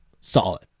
solid